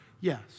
Yes